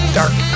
dark